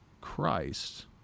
Christ